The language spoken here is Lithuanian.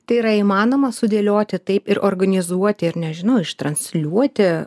tai yra įmanoma sudėlioti taip ir organizuoti ir nežinau ištransliuoti